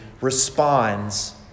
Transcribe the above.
responds